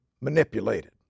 manipulated